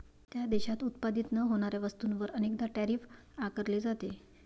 त्या देशात उत्पादित न होणाऱ्या वस्तूंवर अनेकदा टैरिफ आकारले जाते